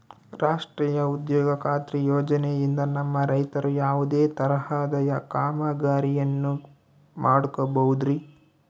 ರಾಷ್ಟ್ರೇಯ ಉದ್ಯೋಗ ಖಾತ್ರಿ ಯೋಜನೆಯಿಂದ ನಮ್ಮ ರೈತರು ಯಾವುದೇ ತರಹದ ಕಾಮಗಾರಿಯನ್ನು ಮಾಡ್ಕೋಬಹುದ್ರಿ?